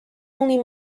only